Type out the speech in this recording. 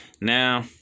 Now